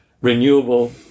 renewable